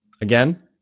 Again